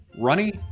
runny